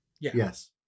Yes